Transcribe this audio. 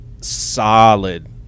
solid